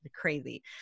crazy